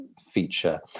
feature